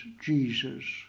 Jesus